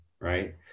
right